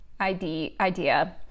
idea